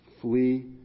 flee